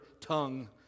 tongue